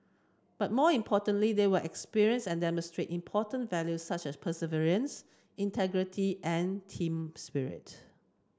but more importantly they will experience and demonstrate important values such as perseverance integrity and team spirit